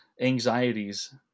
anxieties